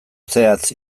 zehatz